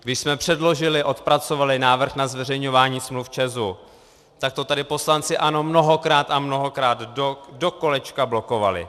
Když jsme předložili a odpracovali návrh na zveřejňování smluv ČEZu, tak to tady poslanci ANO mnohokrát a mnohokrát dokolečka blokovali.